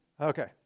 Okay